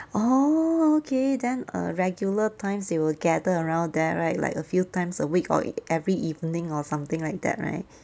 orh okay then err regular times they will gather around there right like a few times a week or every evening or something like that right